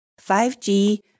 5G